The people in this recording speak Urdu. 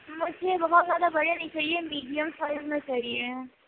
مجھے بہت زیادہ بڑے نہیں چاہیے میڈیم سائز میں چاہیے ہیں